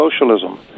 socialism